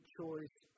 choice